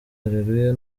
areruya